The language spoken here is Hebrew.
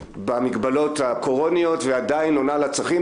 במגבלות של הקורונה ועדיין עונה על הצרכים,